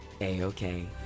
a-okay